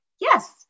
Yes